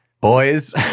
boys